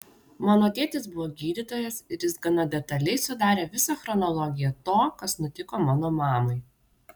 mano tėtis buvo gydytojas ir jis gana detaliai sudarė visą chronologiją to kas nutiko mano mamai